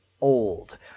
old